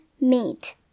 meat